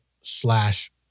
slash